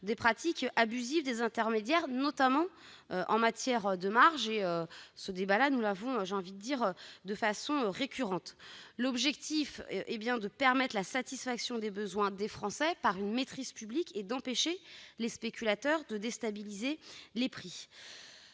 des pratiques abusives des intermédiaires, particulièrement en matière de marges. Nous débattons à son sujet de façon récurrente. L'objectif est bien de permettre la satisfaction des besoins des Français par une maîtrise publique et d'empêcher les spéculateurs de déstabiliser les prix.